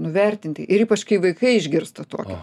nuvertinti ir ypač kai vaikai išgirsta tokį